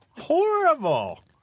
Horrible